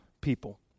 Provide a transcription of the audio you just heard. people